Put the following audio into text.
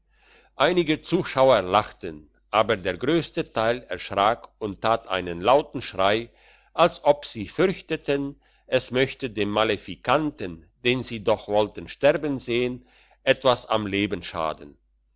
einige zuschauer lachten aber der grösste teil erschrak und tat einen lauten schrei als ob sie fürchteten es möchte dem malefikanten den sie doch wollten sterben sehn etwas am leben schaden